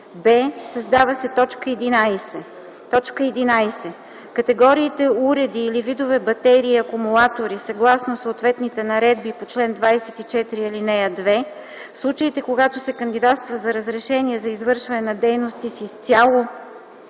б) създава се т. 11: „11. категориите уреди или видовете батерии и акумулатори съгласно съответните наредби по чл. 24, ал. 2, в случаите когато се кандидатства за разрешение за извършване на дейности с излязло